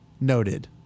Noted